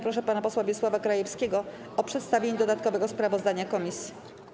Proszę pana posła Wiesława Krajewskiego o przedstawienie dodatkowego sprawozdania komisji.